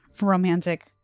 romantic